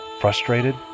frustrated